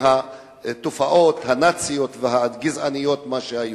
מהתופעות הנאציות והגזעניות שהיו.